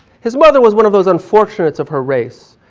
his mother was one of those unfortunates of her race.